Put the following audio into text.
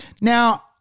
now